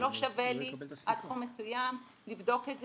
לא שווה לי עד סכום מסוים לבדוק את זה,